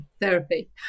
Therapy